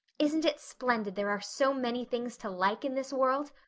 isn't it splendid there are so many things to like in this world?